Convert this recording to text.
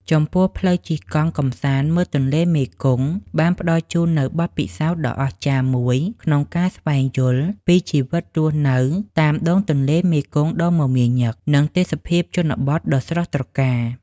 ចំពោះ ផ្លូវជិះកង់ កម្សាន្តមើលទន្លេមេគង្គ បានផ្ដល់ជូននូវបទពិសោធន៍ដ៏អស្ចារ្យមួយក្នុងការស្វែងយល់ពីជីវិតរស់នៅតាមដងទន្លេមេគង្គដ៏មមាញឹក និងទេសភាពជនបទដ៏ស្រស់ត្រកាល។